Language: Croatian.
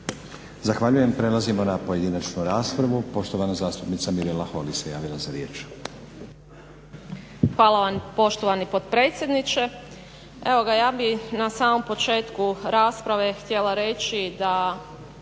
Zahvaljujem. Prelazimo na pojedinačnu raspravu. Poštovana zastupnica Mirela Holiy se javila za riječ. **Holy, Mirela (SDP)** Hvala vam poštovani potpredsjedniče. Evo ga, ja bih na samom početku rasprave htjela reći da